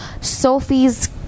sophie's